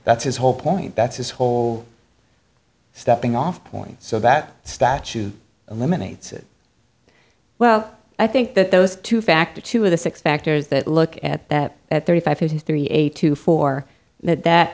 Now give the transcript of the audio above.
that's his whole point that's his whole stepping off point so that statute of limitations well i think that those two factors two of the six factors that look at that at thirty five fifty three eight two for that